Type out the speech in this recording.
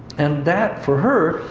and that, for her,